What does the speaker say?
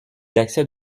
d’accès